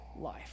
life